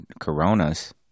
Coronas